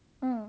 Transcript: mm